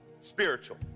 spiritual